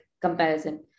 comparison